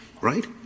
right